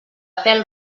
pèl